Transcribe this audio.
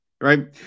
right